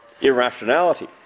irrationality